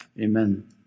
Amen